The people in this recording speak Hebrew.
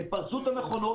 הם פרסו את המכונות.